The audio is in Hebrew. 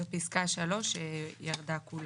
זו פסקה 3 שירדה כולה.